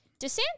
DeSantis